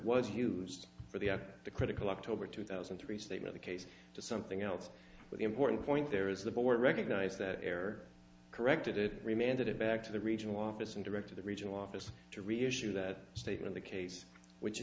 was used for the on the critical october two thousand and three statement the case to something else but the important point there is the board recognized that error corrected it reminded it back to the regional office and directed the regional office to reissue that statement a case which